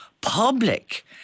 public